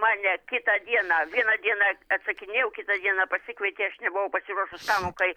mane kitą dieną vieną dieną atsakinėjau kitą dieną pasikvietė aš nebuvau pasiruošus pamokai